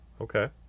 Okay